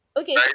okay